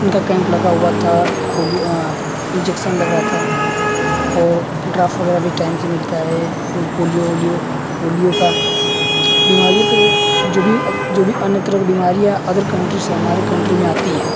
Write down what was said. इनका कैंप लगा हुआ था पोलिओ इंजेक्सन लग रहा था और ड्राफ्ट वगैरह भी टाइम से मिलता है पोलिओ ओलिओ पोलिओ का बीमारिओ पर जो भी जो भी अन्य तरह कि बीमारियाँ अदर कंट्री से हमारे कंट्री में आती हैं